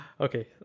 okay